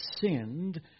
sinned